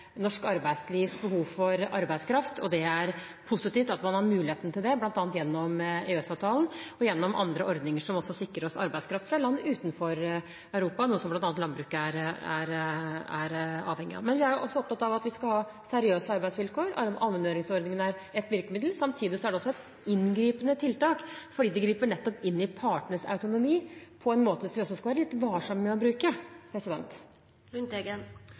norsk arbeidslivs behov for arbeidskraft, er det positivt at man har muligheten til det, bl.a. gjennom EØS-avtalen og gjennom andre ordninger, som også sikrer oss arbeidskraft fra land utenfor Europa, noe som bl.a. landbruket er avhengig av. Men vi er også opptatt av at vi skal ha seriøse arbeidsvilkår. Allmenngjøringsordningen er ett virkemiddel. Samtidig er det et inngripende tiltak, nettopp fordi det griper inn i partenes autonomi på en måte som gjør at vi også skal være litt varsomme med å bruke